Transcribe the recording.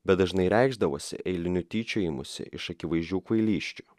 bet dažnai reikšdavosi eiliniu tyčiojimusi iš akivaizdžių kvailysčių